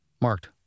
marked